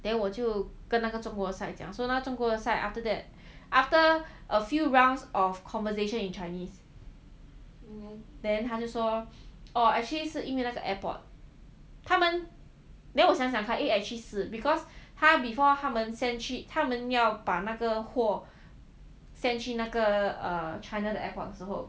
then 我就跟那个中国 side 讲 so 那中国 side after that after a few rounds of conversation in chinese then 他就说 oh actually 是因为那个 airport 他们 then 我想想看 eh actually 是 because before 他们 send 去他们要把那个货 send 去那个 err china 的 airport 之后